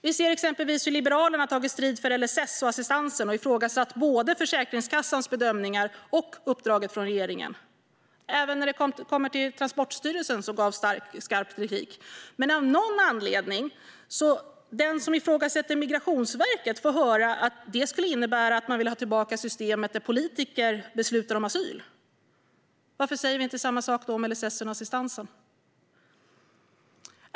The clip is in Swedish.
Liberalerna har exempelvis tagit strid för LSS och assistansen och ifrågasatt både Försäkringskassans bedömningar och uppdraget från regeringen. Även när det kommer till Transportstyrelsen gavs skarp kritik. Men av någon anledning får den som ifrågasätter Migrationsverket höra att det skulle innebära att man vill ha tillbaka systemet där politiker beslutade om asyl. Varför sägs då inte samma sak om LSS och assistansen?